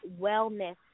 wellness